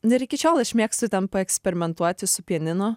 nu ir iki šiol aš mėgstu ten paeksperimentuoti su pianinu